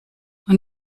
und